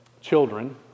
children